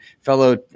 fellow